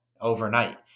overnight